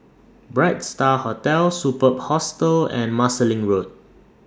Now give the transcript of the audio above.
Bright STAR Hotel Superb Hostel and Marsiling Road